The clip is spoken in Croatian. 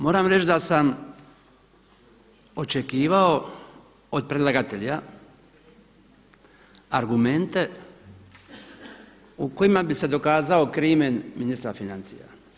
Moram reći da sam očekivao od predlagatelja argumente u kojima bi se dokazao krimen ministra financija.